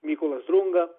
mykolas drunga